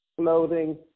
clothing